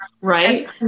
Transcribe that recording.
Right